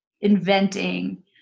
inventing